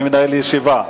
אני מנהל ישיבה.